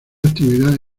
actividad